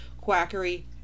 quackery